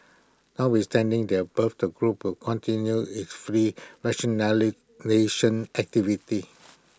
notwithstanding the above the group will continue its fleet rationalisation activities